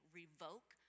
revoke